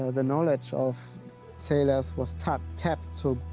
ah the knowledge of sailors was tap, tapped to,